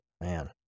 man